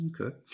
Okay